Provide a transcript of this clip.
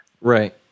Right